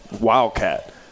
wildcat